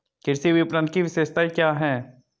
कृषि विपणन की विशेषताएं क्या हैं?